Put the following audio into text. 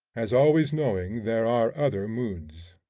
as always knowing there are other moods.